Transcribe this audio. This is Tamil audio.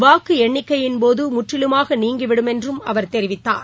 வாக்கு எண்ணிக்கையின்போது முற்றிலுமாக நீங்கிவிடும் எனறும் அவர் தெரிவித்துள்ளார்